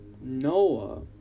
Noah